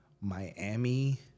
Miami